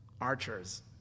archers